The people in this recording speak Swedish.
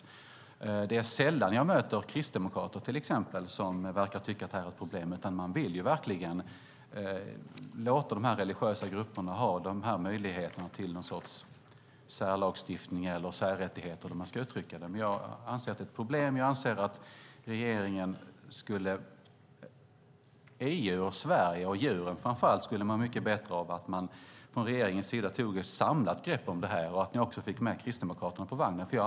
Det är till exempel sällan som jag möter kristdemokrater som verkar tycka att det här är ett problem, utan man vill verkligen låta de religiösa grupperna ha möjlighet till någon sorts särlagstiftning eller särrättigheter. Jag anser att det är ett problem. EU, Sverige och framför allt djuren skulle må mycket bättre om man från regeringens sida tog ett samlat grepp om det här och också fick med Kristdemokraterna på vagnen.